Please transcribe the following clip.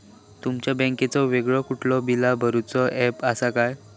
तुमच्या बँकेचो वेगळो कुठलो बिला भरूचो ऍप असा काय?